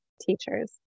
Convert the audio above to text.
teachers